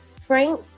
Frank